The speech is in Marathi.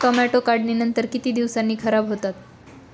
टोमॅटो काढणीनंतर किती दिवसांनी खराब होतात?